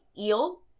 eel